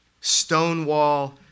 Stonewall